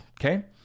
Okay